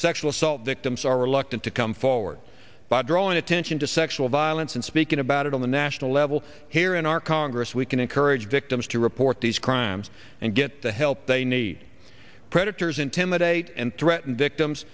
sexual assault victims are reluctant to come forward by drawing attention to sexual violence and speaking about it on the national level here in our congress we can encourage victims to report these crimes and get the help they need predators intimidate and threaten victims